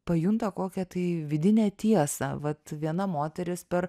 pajunta kokią tai vidinę tiesą vat viena moteris per